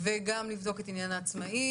וגם לבדוק את עניין העצמאים,